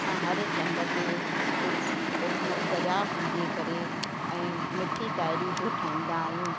असां हर चंड ते दरिया पूजे करे ऐं मिठी तेहरी बि ठाहींदा आहियूं